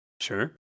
Sure